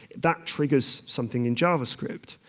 that triggers something in javascript.